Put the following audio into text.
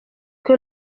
que